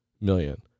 million